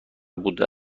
بوده